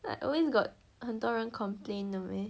like always got 很多人 complain 的 meh